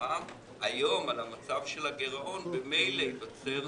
היום על המצב של הגירעון ממילא ייווצר